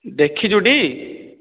ଦେଖିଛୁ ଟି